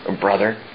brother